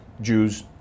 Jews